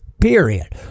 period